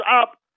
up